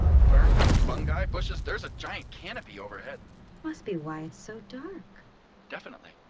ferns, fungi, bushes there's a giant canopy overhead must be why it's so dark definitely.